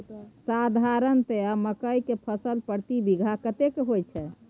साधारणतया मकई के फसल प्रति बीघा कतेक होयत छै?